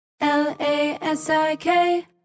L-A-S-I-K